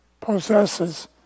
possesses